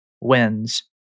wins